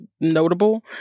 notable